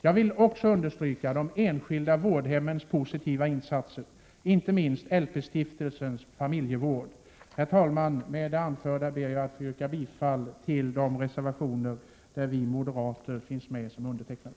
Jag vill understryka de enskilda vårdhemmens positiva insatser, inte minst LP-Stiftelsens familjevård. Med detta, herr talman, ber jag att få yrka bifall till de reservationer där vi moderater finns med.